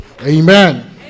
Amen